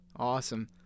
Awesome